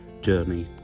journey